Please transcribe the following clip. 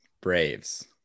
Braves